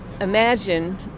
imagine